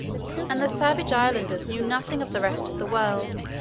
and the savage islanders knew nothing of the rest of the world,